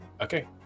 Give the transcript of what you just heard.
Okay